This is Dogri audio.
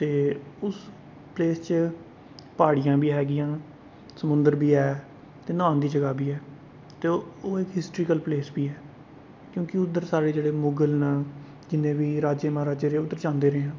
ते उस प्लेस च पहाड़ियां बी हैगियां समुंदर बी ऐ ते न्हान दी जगह बी ऐ ते ओह् इक हिस्टोरिकल प्लेस बी ऐ क्योंकि उद्धर साढ़े जेह्ड़े मुगल न जिन्ने बी राजे महाराजे रेह् उद्धर जंदे रेह्